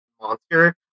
monster